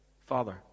father